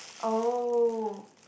oh